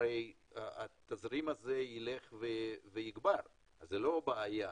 התזרים הזה ילך ויגבר זו לא בעיה,